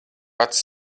pats